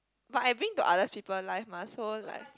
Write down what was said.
but I bring to other's people life mah so like